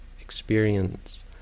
Experience